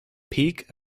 peak